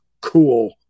cool